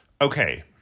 Okay